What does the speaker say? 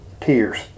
tears